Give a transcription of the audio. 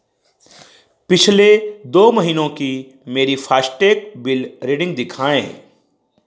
पिछले दो महीनों की मेरी फाश्टेग बिल रीडिंग दिखाएँ